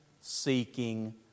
seeking